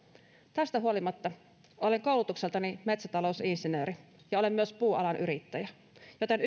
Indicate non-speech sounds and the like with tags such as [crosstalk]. tästä huolimatta olen koulutukseltani metsätalousinsinööri ja olen myös puualan yrittäjä joten [unintelligible]